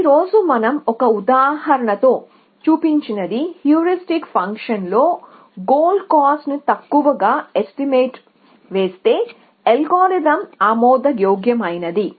ఈ రోజు మనం ఒక ఉదాహరణతో చూపించినది హ్యూరిస్టిక్ ఫంక్షన్ గోల్ కాస్ట్ ని తక్కువగా ఎస్టిమేట్ వేస్తే అల్గోరిథం ఆమోదయోగ్యమైనది